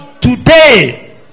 today